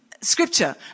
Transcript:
Scripture